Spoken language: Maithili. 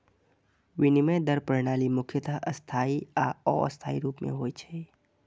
विनिमय दर प्रणाली मुख्यतः स्थायी आ अस्थायी रूप मे होइ छै